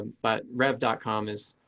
um but rev dot com is